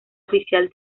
oficial